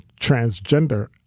transgender